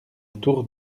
tour